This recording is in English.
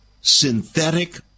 Synthetic